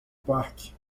parque